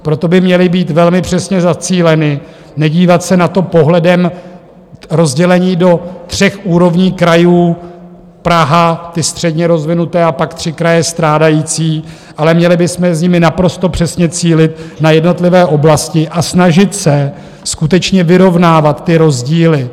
Proto by měly být velmi přesně zacíleny, nedívat se na to pohledem rozdělení do tří úrovní krajů Praha, ty středně rozvinuté a pak tři kraje strádající ale měli bychom mezi nimi naprosto přesně cílit na jednotlivé oblasti a snažit se skutečně vyrovnávat ty rozdíly.